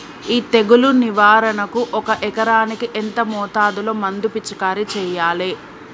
ఈ తెగులు నివారణకు ఒక ఎకరానికి ఎంత మోతాదులో మందు పిచికారీ చెయ్యాలే?